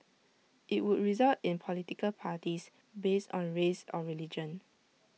IT would result in political parties based on race or religion